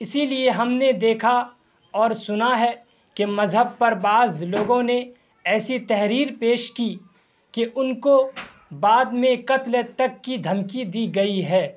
اسی لیے ہم نے دیکھا اور سنا ہے کہ مذہب پر بعض لوگوں نے ایسی تحریر پیش کی کہ ان کو بعد میں قتل تک کی دھمکی دی گئی ہے